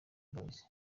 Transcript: boys